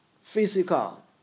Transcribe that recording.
physical